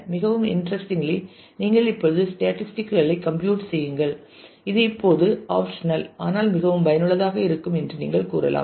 மிகவும் இன்டர்ஸ்டிங்கிலி நீங்கள் இப்போது ஸ்டேட்டிஸ்டிக்ஸ் களை கம்ப்யூட் செய்யுங்கள் இது இப்போது ஆப்ஷனல் ஆனால் மிகவும் பயனுள்ளதாக இருக்கும் என்று நீங்கள் கூறலாம்